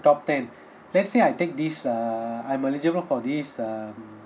top ten let's say I take this err I'm eligible for this um